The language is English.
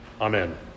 amen